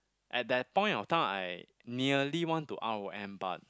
at that point of time I nearly want to R_O_M but